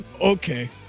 Okay